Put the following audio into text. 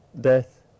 death